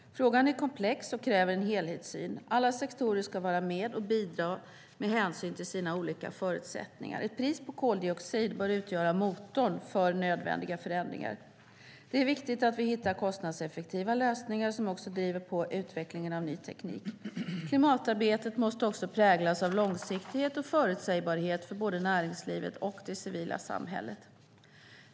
Frågan är komplex och kräver en helhetssyn. Alla sektorer ska vara med och bidra med hänsyn till sina olika förutsättningar. Ett pris på koldioxid bör utgöra motorn för nödvändiga förändringar. Det är viktigt att vi hittar kostnadseffektiva lösningar som också driver på utvecklingen av ny teknik. Klimatarbetet måste också präglas av långsiktighet och förutsägbarhet för både näringslivet och det civila samhället.